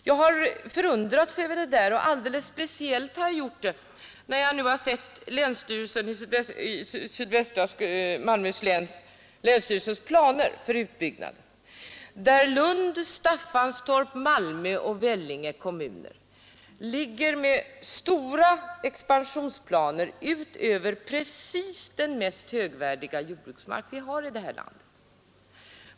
Jag har förundrats över detta, alldeles speciellt när jag nu har sett länsstyrelsens i Malmöhus län planer för utbyggnad, där Lund, Staffanstorp, Malmö och Vällinge kommuner ligger med stora expansionsplaner ut över precis den mest högvärdiga jordbruksmark som vi har i det här landet.